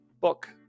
book